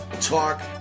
talk